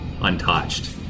untouched